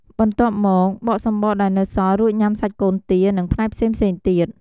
បន្ទាប់មក បកសំបកដែលនៅសល់ រួចញ៉ាំសាច់កូនទា និងផ្នែកផ្សេងៗទៀត។